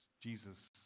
Jesus